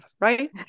Right